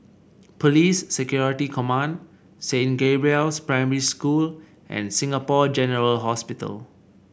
Police Security Command Saint Gabriel's Primary School and Singapore General Hospital